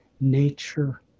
nature